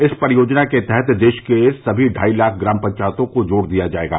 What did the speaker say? इस परियोजना के तहत देश के सभी ढाई लाख ग्राम पंचायतों को जोड़ दिया जाएगा